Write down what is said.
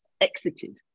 exited